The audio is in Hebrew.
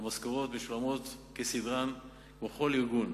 המשכורות משולמות כסדרן כמו בכל ארגון.